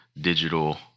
digital